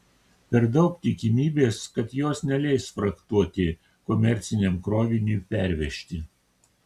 per daug tikimybės kad jos neleis frachtuoti komerciniam kroviniui pervežti